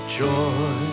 joy